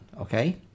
okay